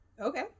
Okay